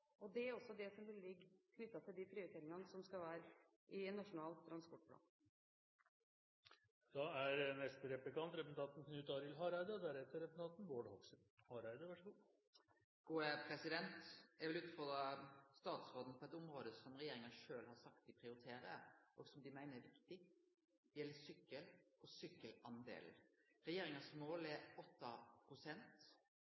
jernbane. Det er også regjeringen opptatt av, og det er også det som ligger knyttet til de prioriteringene som skal være i Nasjonal transportplan. Eg vil utfordre statsråden på eit område som regjeringa sjølv har sagt at ho prioriterer, og som ho meiner er viktig. Det gjeld sykkel og sykkeldelen. Regjeringas mål